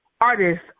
artists